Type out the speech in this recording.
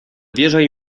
wierzaj